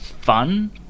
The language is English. fun